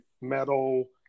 metal